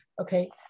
Okay